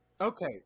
okay